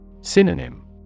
Synonym